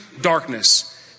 darkness